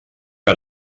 que